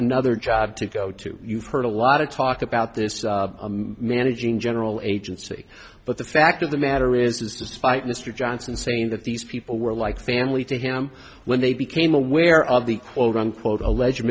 another job to go to you've heard a lot of talk about this managing general agency but the fact of the man there is despite mr johnson saying that these people were like family to him when they became aware of the quote unquote alleged